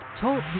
Talk